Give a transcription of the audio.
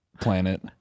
planet